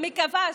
מקווה.